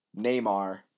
Neymar